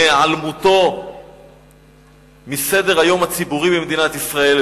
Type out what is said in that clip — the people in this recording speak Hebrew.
בהיעלמותו מסדר-היום הציבורי במדינת ישראל,